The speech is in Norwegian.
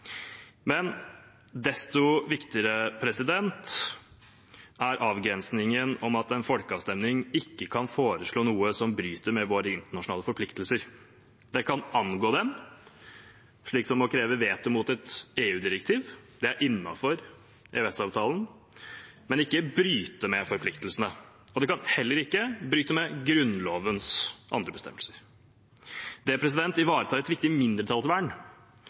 Desto viktigere er avgrensningen av at en folkeavstemning ikke kan foreslå noe som bryter med våre internasjonale forpliktelser. Det kan angå dem, slik som å kreve veto mot et EU-direktiv, det er innenfor EØS-avtalen, men ikke bryte med forpliktelsene. Det kan heller ikke bryte med Grunnlovens andre bestemmelser. Det ivaretar et viktig